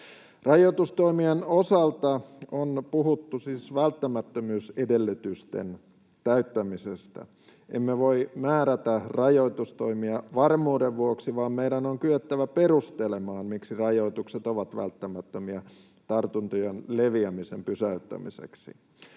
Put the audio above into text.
Rajoitustoimien osalta on puhuttu siis välttämättömyysedellytysten täyttämisestä. Emme voi määrätä rajoitustoimia varmuuden vuoksi, vaan meidän on kyettävä perustelemaan, miksi rajoitukset ovat välttämättömiä tartuntojen leviämisen pysäyttämiseksi.